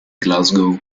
glasgow